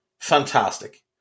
Fantastic